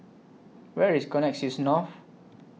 Where IS Connexis North